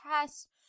test